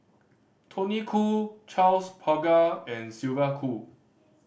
Tony Khoo Charles Paglar and Sylvia Kho